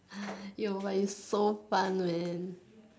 yo but is so fun man